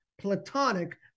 platonic